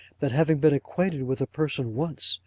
that having been acquainted with a person once,